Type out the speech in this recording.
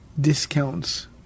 discounts